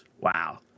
Wow